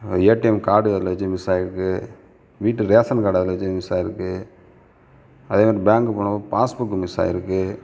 அந்த ATM card அதில் வச்சு மிஸ் ஆகிருக்கு வீட்டு ரேஷன் கார்டு அதில் வச்சு மிஸ் ஆகிருக்கு அதேமாதிரி பேங்கு போனப்போ பாஸ்புக் மிஸ் ஆகிருக்கு